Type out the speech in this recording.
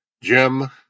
Jim